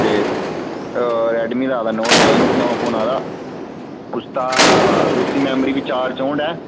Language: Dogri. ते रैडमिं दा आए दा नोट नाइन नमां फोन आए दा उसदी मैमरी बी चार चौंठ ऐ